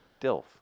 Dilf